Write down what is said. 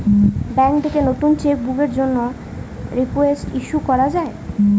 bank থেকে নতুন cheque বুকের জন্যে রিকোয়েস্ট ইস্যু করা যায়